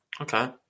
Okay